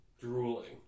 drooling